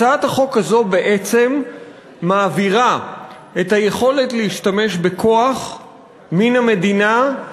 הצעת החוק הזאת בעצם מעבירה את היכולת להשתמש בכוח מן המדינה,